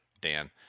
Dan